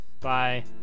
Bye